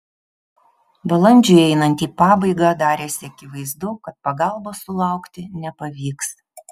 balandžiui einant į pabaigą darėsi akivaizdu kad pagalbos sulaukti nepavyks